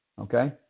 Okay